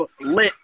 Lit